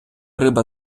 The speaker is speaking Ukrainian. риба